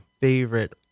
favorite